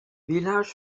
village